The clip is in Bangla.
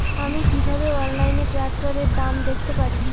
আমি কিভাবে অনলাইনে ট্রাক্টরের দাম দেখতে পারি?